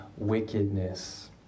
wickedness